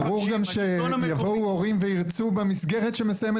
ברור גם שיבואו הורים וירצו במסגרת שמסיימת